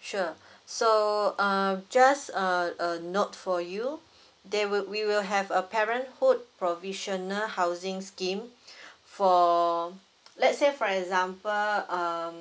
sure so uh just uh a note for you they will we will have a parenthood provisional housing scheme for let's say for example um